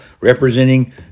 representing